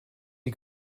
die